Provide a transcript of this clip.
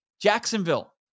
Jacksonville